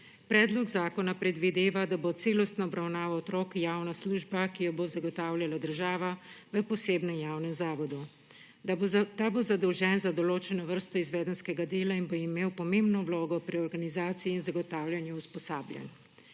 Predlog zakona predvideva, da bo celostna obravnava otrok javna služba, ki jo bo zagotavljala država v posebnem javnem zavodu. Ta bo zadolžen za določene vrste izvedenskega dela in bo imel pomembno vlogo pri organizaciji in zagotavljanju usposabljanj.